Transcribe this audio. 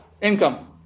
income